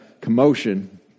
commotion